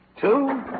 two